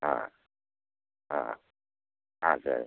ஆ ஆ ஆ சரி